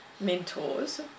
mentors